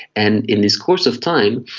and in this course of time,